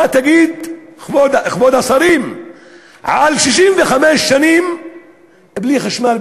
מה יגידו כבוד השרים על 65 שנים בלי חשמל,